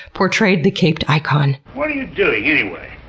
portrayed the caped icon what are you doing anyway?